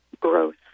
growth